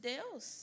Deus